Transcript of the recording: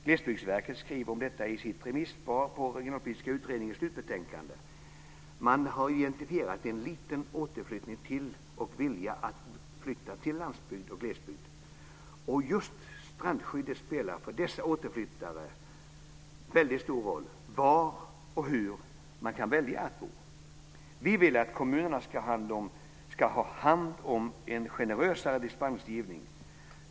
Glesbygdsverket skriver om detta i sitt remissvar på Regionalpolitiska utredningens slutbetänkande. Man har identifierat en liten återflyttning till och vilja att flytta till landsbygden. Och just strandskyddet spelar väldigt stor roll för dessa återflyttare när det gäller var och hur man kan välja att bo. Vi vill att kommunerna ska ha hand om en generösare dispensgivning.